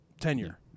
tenure